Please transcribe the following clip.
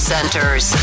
Centers